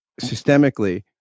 systemically